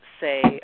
say